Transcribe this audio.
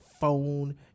phone